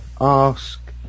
ask